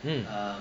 mm